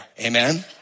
Amen